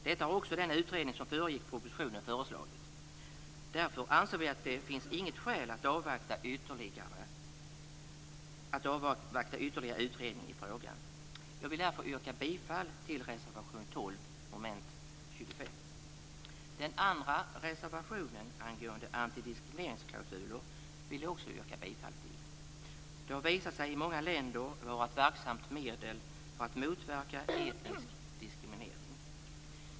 Detta har också den utredning som föregick propositionen föreslagit. Därför anser vi att det inte finns något skäl av avvakta ytterligare utredning i frågan. Jag vill därför yrka bifall till reservation 12 Jag vill också yrka bifall till reservation 17 om antidiskrimineringsklausuler. I många länder har de visat sig vara ett verksamt medel för att motverka etnisk diskriminering.